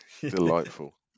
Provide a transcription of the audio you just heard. Delightful